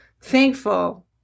thankful